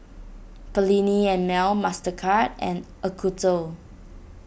Perllini and Mel Mastercard and Acuto